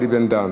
אושרה.